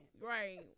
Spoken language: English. Right